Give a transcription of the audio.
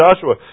Joshua